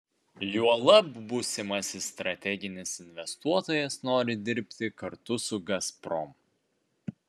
juolab būsimasis strateginis investuotojas nori dirbti kartu su gazprom